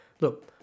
look